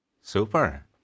Super